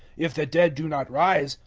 if the dead do not rise,